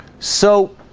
so